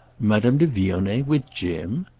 madame de vionnet with jim?